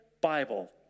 Bible